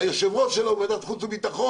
היושב-ראש הוא של ועדת חוץ וביטחון,